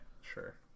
sure